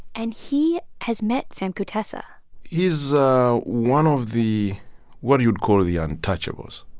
and he has met sam kutesa he's one of the what you'd call the untouchables.